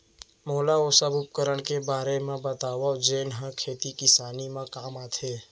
मोला ओ सब उपकरण के बारे म बतावव जेन ह खेती किसानी म काम आथे?